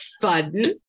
fun